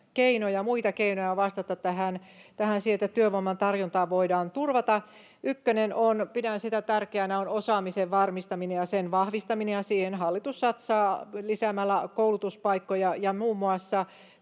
muita keinoja on vastata siihen, että työvoiman tarjontaa voidaan turvata. Ykkönen on, pidän sitä tärkeänä, osaamisen varmistaminen ja sen vahvistaminen, ja siihen hallitus satsaa lisäämällä koulutuspaikkoja ja muun muassa